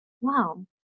Wow